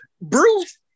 Bruce